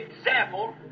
example